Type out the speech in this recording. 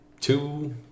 two